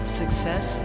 success